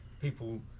people